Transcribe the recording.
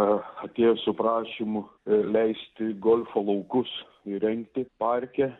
ar atėjo su prašymu leisti golfo laukus įrengti parke